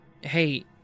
Hey